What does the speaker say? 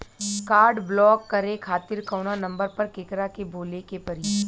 Card block करे खातिर कवना नंबर पर केकरा के बोले के परी?